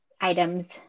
items